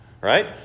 right